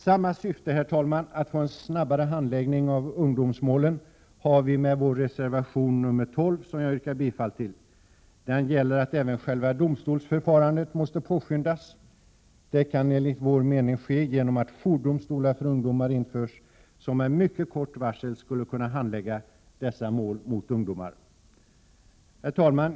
Samma syfte, att få en snabbare handläggning av ungdomsmålen, har vi med vår reservation 12, som jag yrkar bifall till. Den gäller att även själva domstolsförfarandet måste påskyndas. Det kan enligt vår mening ske genom att jourdomstolar för ungdomar införs, som med mycket kort varsel skulle kunna handlägga mål mot ungdomar. Herr talman!